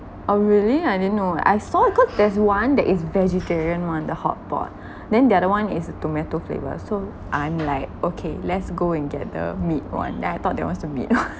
oh really I didn't know I saw cause there's one that is vegetarian [one] the hotpot then the other one is a tomato flavour so I'm like okay let's go and get the meat [one] then I thought that one's the meat [one]